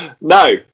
No